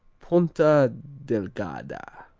ponta delgada